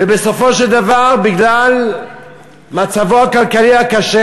ובסופו של דבר בגלל מצבו הכלכלי הקשה